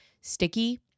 sticky